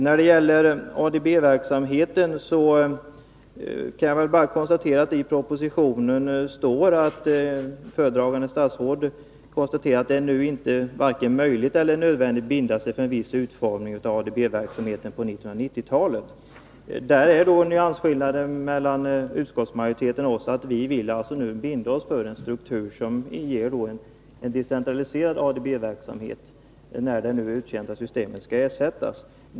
När det gäller ADB-verksamheten kan jag bara notera att föredragande statsrådet i propositionen konstaterar att det nu varken är möjligt eller nödvändigt att binda sig för en viss utformning av ADB-verksamheten på 1990-talet. Nyansskillnaden mellan utskottsmajoriteten och oss är att vi nu vill binda oss för en struktur som ger en decentraliserad ADB-verksamhet, när det uttjänta systemet skall ersättas.